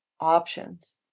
options